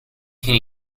can